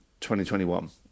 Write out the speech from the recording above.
2021